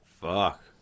Fuck